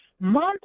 month